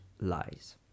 lies